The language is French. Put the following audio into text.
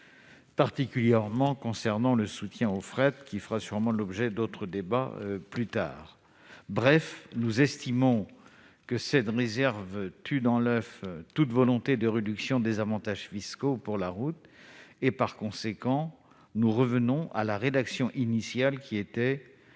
particulier le soutien au fret qui fera sûrement l'objet d'autres débats. En résumé, nous estimons que cette réserve tue dans l'oeuf toute volonté de réduction des avantages fiscaux pour la route. C'est pourquoi nous revenons à la rédaction initiale, qui était